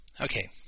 Okay